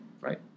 right